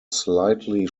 slightly